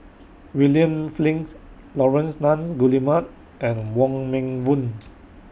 William Flint Laurence Nunns Guillemard and Wong Meng Voon